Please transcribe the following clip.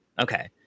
Okay